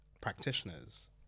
practitioners